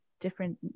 different